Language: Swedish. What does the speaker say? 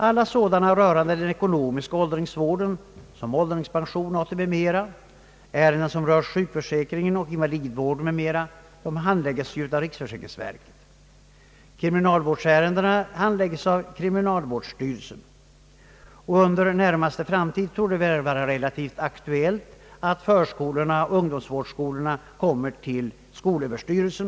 Alla sådana som rör den ekonomiska åldringsvården — ålderspension, ATP m.m. — och som rör sjukförsäkringen och =<invalidvården handlägges av riksförsäkringsverket, kriminalvårdsärendena handläggs av kriminalvårdsstyrelsen, och inom den närmaste framtiden torde det bli relativt aktuellt att förskolorna och ungdomsvårdsskolorna kommer till skolöverstyrelsen.